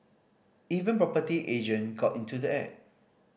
even property agent got into the act